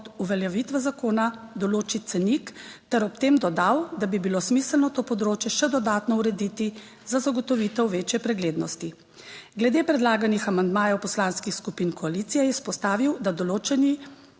uveljavitve zakona določi cenik ter ob tem dodal, da bi bilo smiselno to področje še dodatno urediti Za zagotovitev večje preglednosti. Glede predlaganih amandmajev poslanskih skupin koalicije je izpostavil, da določeni